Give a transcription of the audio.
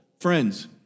Friends